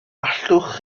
allwch